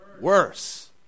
worse